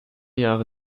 jahre